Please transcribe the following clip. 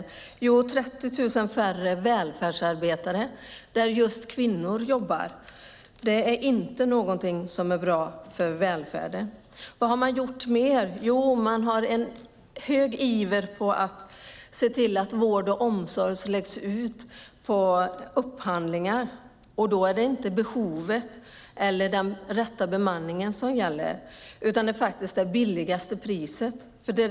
Jo, Sverige har fått 30 000 färre välfärdsarbetare. Det är just det kvinnor jobbar med. Det är inte bra för välfärden. Vad har man gjort mer? Jo, man ser med stor iver till att vård och omsorg läggs ut på upphandling. Då är det inte behov eller bemanning som gäller utan det billigaste priset.